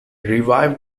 revived